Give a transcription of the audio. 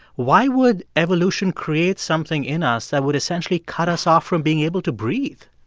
why would evolution create something in us that would essentially cut us off from being able to breathe?